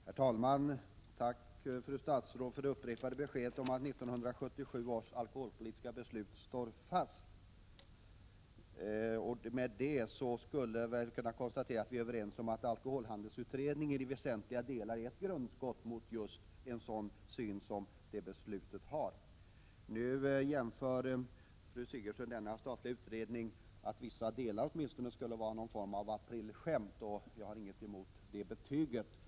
Herr talman! Tack, fru statsrådet, för det upprepade beskedet om att 1977 års alkoholpolitiska beslut står fast! Därmed skulle jag väl kunna konstatera att vi är överens om att alkoholhandelsutredningen i väsentliga delar är ett grundskott mot synen i just 1977 års beslut. Nu anför fru Sigurdsen att vissa delar av denna statliga utredning skulle vara någon form av aprilskämt, och jag har ingenting emot det betyget.